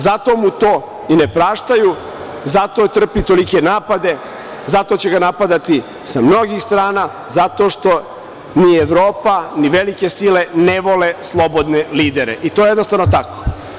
Zato mu to i ne praštaju, zato trpi tolike napade, zato će ga napadati sa mnogih strana, zato što ni Evropa ni velike sile ne vole slobodne lidere, i to je jednostavno tako.